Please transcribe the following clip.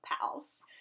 pals